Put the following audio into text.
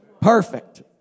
Perfect